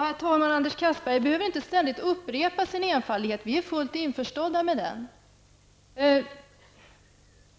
Herr talman! Anders Castberger behöver inte ständigt upprepa att han är enfaldig. Vi är fullständigt överens på den punkten.